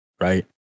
right